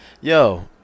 Yo